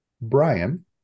Brian